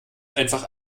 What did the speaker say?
einfach